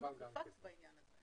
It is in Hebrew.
לפנות בפקס בעניין הזה.